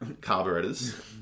carburetors